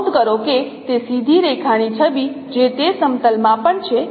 નોંધ કરો કે તે સીધી રેખાની છબી જે તે સમતલમાં પણ છે